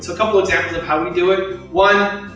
so couple examples of how we do it, one,